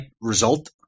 result